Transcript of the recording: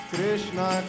Krishna